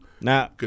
Now